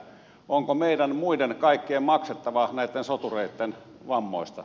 onko meidän muiden kaikkien maksettava näitten sotureitten vammoista